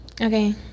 Okay